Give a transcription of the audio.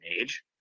age